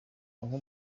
aho